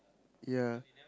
ya